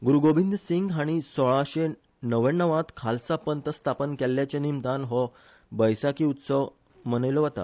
ग्रुरु गोबिंद सिंग हाणी सोळाशे णव्याणवांत खालसा पंत स्थापन केल्ल्याच्या निमतान हो बैसाखी उत्सव मनयलोवात